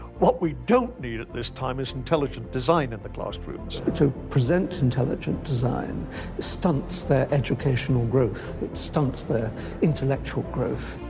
what we don't need at this time is intelligent design in the classrooms. to present intelligent design stunts their educational growth. it stunts their intellectual growth.